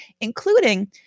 including